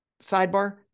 sidebar